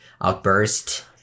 Outburst